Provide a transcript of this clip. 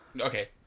Okay